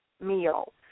meal